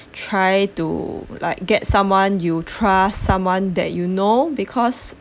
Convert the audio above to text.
try to like get someone you trust someone that you know because